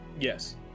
Yes